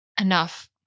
enough